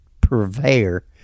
purveyor